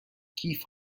کیف